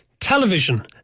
television